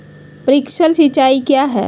Sprinkler सिंचाई क्या है?